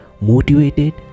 motivated